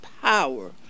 power